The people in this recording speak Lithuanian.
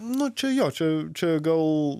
nuo čia jo čia čia gal